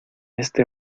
este